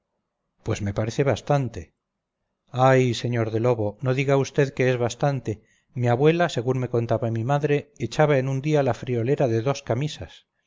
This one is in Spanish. pues me parece bastante ay sr de lobo no diga vd que es bastante mi abuela según me contaba mi madre echaba en un día la friolera de dos camisas